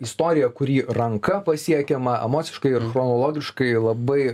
istorija kuri ranka pasiekiama emociškai ir chronologiškai labai